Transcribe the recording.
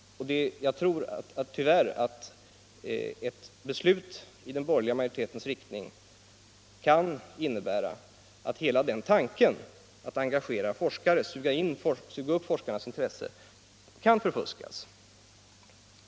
Jag tror tyvärr att ett beslut i den av den borgerliga majoriteten önskade riktningen kan innebära att hela tanken på att engagera forskare, att suga upp forskarintressen kan förfuskas.